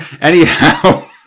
Anyhow